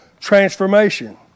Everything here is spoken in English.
transformation